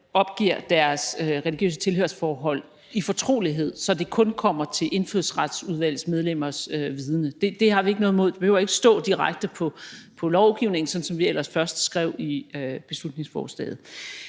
opgiver deres religiøse tilhørsforhold i fortrolighed, så det kun kommer til indfødsretsudvalgsmedlemmernes vidende. Det har vi ikke noget imod; det behøver ikke at stå direkte på lovgivningen, sådan som vi ellers først skrev i beslutningsforslaget.